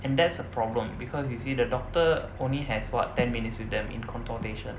and that's a problem because you see the doctor only has what ten minutes with them in consultation